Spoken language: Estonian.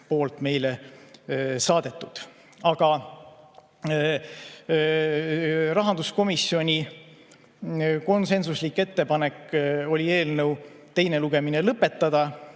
need meile saatnud. Rahanduskomisjoni konsensuslik ettepanek oli eelnõu teine lugemine lõpetada